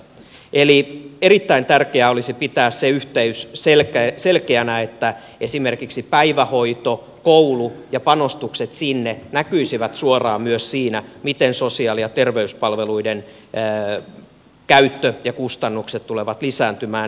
eli erittäin tärkeää olisi pitää se yhteys selkeänä että esimerkiksi päivähoito koulu ja panostukset sinne näkyisivät suoraan myös siinä miten sosiaali ja terveyspalveluiden käyttö ja kustannukset tulevat lisääntymään